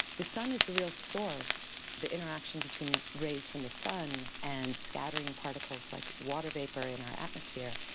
the sun is the real source, the interaction between rays from the sun and scattering particles like water vapour in our atmosphere,